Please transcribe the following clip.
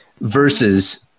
versus